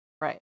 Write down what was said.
Right